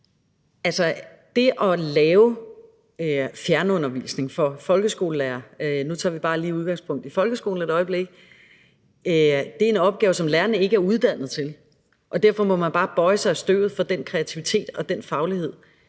det at lave fjernundervisning for folkeskolelærere – nu tager vi bare lige udgangspunkt i folkeskolen et øjeblik – er en opgave, som lærerne ikke er uddannet til. Derfor må man bare bøje sig i støvet for den kreativitet, den faglighed,